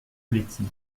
poletti